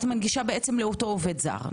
את מנגישה לאותו עובד זר.